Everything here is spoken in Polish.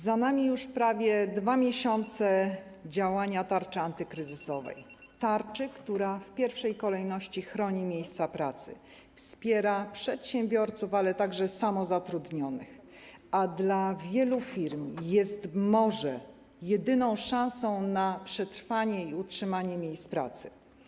Za nami już prawie 2 miesiące działania tarczy antykryzysowej, tarczy, która w pierwszej kolejności chroni miejsca pracy, wspiera przedsiębiorców, ale także samozatrudnionych, a dla wielu firm jest może jedyną szansą na przetrwanie i utrzymanie miejsc pracy.